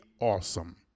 awesome